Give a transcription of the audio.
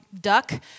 duck